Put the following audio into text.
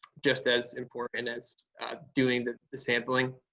just as important as doing the the sampling.